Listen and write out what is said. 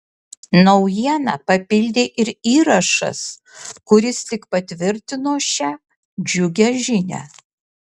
naujieną papildė ir įrašas kuris tik patvirtino šią džiugią žinią